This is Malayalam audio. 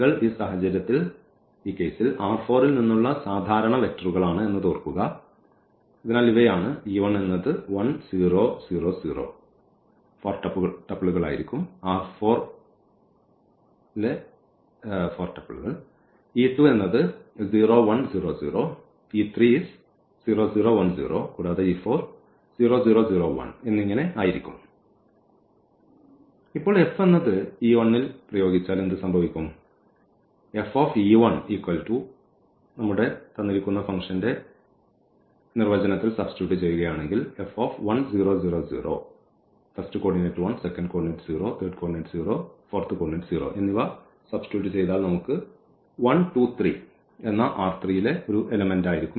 കൾ ഈ സാഹചര്യത്തിൽ ൽ നിന്നുള്ള സാധാരണ വെക്റ്ററുകളാണ് എന്നത് ഓർക്കുക അതിനാൽ ഇവയാണ് എന്നത് 1 0 0 0 R4 മുതൽ e2 0 1 0 0 e3 0 0 1 0 കൂടാതെ e4 0 0 0 1 എന്നിങ്ങനെ ആയിരിക്കും